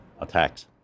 attacks